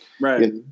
Right